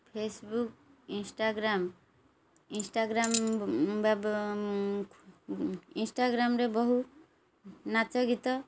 Facebook Instagram Instagram ବା ଇନ୍ଷ୍ଟାଗ୍ରାମ୍ରେ ବହୁ ନାଚ ଗୀତ